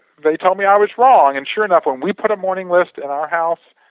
they told me i was wrong and sure enough and we put a morning list in our house,